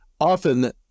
often